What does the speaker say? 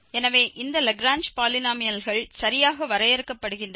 எனவே இந்த லாக்ரேஞ்ச் பாலினோமியல்கள் சரியாக வரையறுக்கப்படுகின்றன